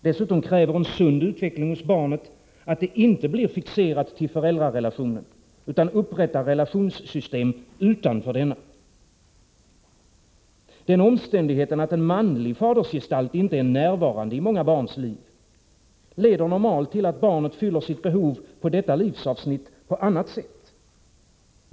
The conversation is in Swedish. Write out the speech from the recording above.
Dessutom kräver en sund utveckling hos barnet att det inte blir fixerat till föräldrarelationen utan upprättar relationssystem utanför denna. Den omständigheten, att en manlig fadersgestalt inte är närvarande i många barns liv leder normalt till att barnet fyller sitt behov på detta livsavsnitt på annat sätt.